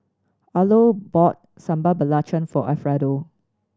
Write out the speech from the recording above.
Arlo bought Sambal Belacan for Alfredo